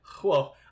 whoa